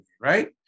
right